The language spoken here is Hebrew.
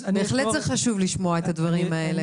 אז בהחלט זה חשוב לשמוע את הדברים האלה,